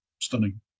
stunning